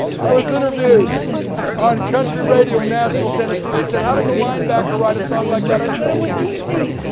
i was interviewed on country radio nashville tennessee. they said how does linebacker write a song like that? i said it was easy.